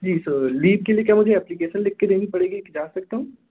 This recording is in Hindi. जी सर लीव के लिए क्या मुझे एप्लीकेशन लिख कर देनी पड़ेगी कि जान सकता हूँ